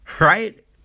right